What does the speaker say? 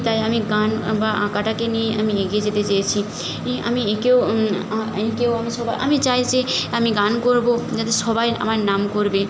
তাই আমি গান বা আঁকাটাকে নিয়ে আমি এগিয়ে যেতে চেয়েছি ই আমি এঁকেও এঁকেও আমি সবার আমি চাই যে আমি গান করব যাতে সবাই আমার নাম করবে